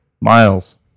Miles